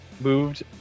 moved